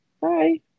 bye